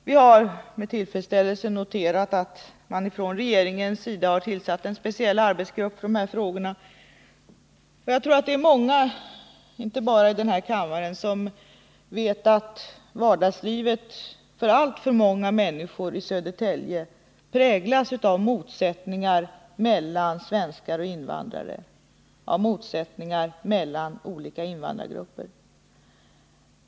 Vi har med tillfredsställelse noterat att regeringen har tillsatt en speciell arbetsgrupp för de här frågorna. Jag tror att det är många inte bara i den här kammaren som vet att vardagslivet för alltför många människor i Södertälje präglas av motsättningar mellan svenskar och invandrare och av motsättningar mellan olika invandrargrupper.